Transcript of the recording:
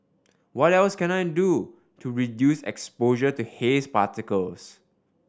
what else can I do to reduce exposure to haze particles